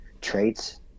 traits